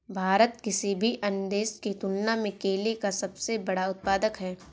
भारत किसी भी अन्य देश की तुलना में केले का सबसे बड़ा उत्पादक है